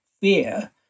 fear